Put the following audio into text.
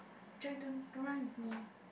Joy don't don't run with me